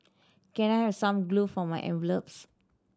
can I have some glue for my envelopes